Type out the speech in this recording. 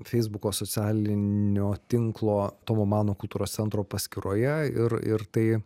feisbuko socialinio tinklo tomo mano kultūros centro paskyroje ir ir tai